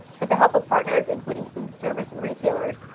but the help of partners including food service and retailers,